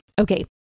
Okay